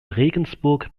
regensburg